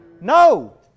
No